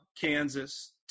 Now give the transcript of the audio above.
Kansas